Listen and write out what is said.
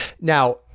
Now